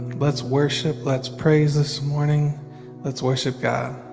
let's worship let's praise this morning let's worship god.